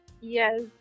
Yes